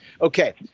Okay